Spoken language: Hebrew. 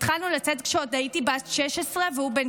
התחלנו לצאת כשעוד הייתי בת 16 והוא בן